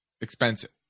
expensive